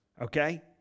Okay